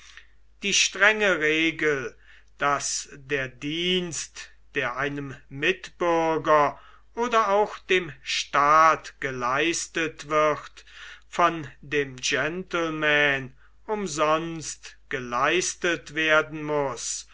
die strenge regel daß der dienst der einem mitbürger oder auch dem staat geleistet wird von dem gentleman umsonst geleistet werden muß